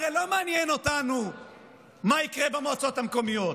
הרי לא מעניין אותנו מה יקרה במועצות המקומיות,